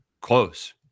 close